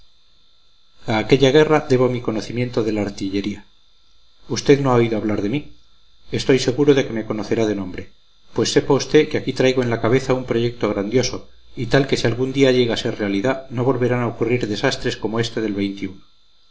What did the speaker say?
aquella guerra debo mi conocimiento de la artillería usted no ha oído hablar de mí estoy seguro de que me conocerá de nombre pues sepa usted que aquí traigo en la cabeza un proyecto grandioso y tal que si algún día llega a ser realidad no volverán a ocurrir desastres como éste del